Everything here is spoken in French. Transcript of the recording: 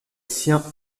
siens